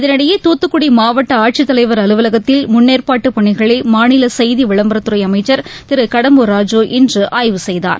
இதனிடையே தூத்துக்குடி மாவட்ட ஆட்சித்தலைவர் அலுவலகத்தில் முன்னேற்பாட்டு பணிகளை மாநில செய்தி விளம்பரத்துறை அமைச்சர் திரு கடம்பூர் ராஜூ இன்று ஆய்வு செய்தார்